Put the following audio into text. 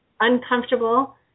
uncomfortable